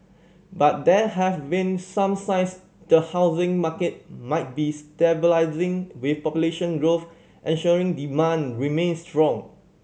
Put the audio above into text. but there have been some signs the housing market might be stabilising with population growth ensuring demand remains strong